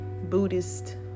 Buddhist